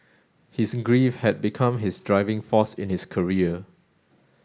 his grief had become his driving force in his career